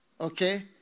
Okay